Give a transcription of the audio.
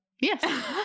Yes